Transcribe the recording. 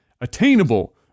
attainable